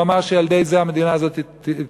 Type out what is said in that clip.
והוא אמר שעל-ידי זה המדינה הזאת תתקיים.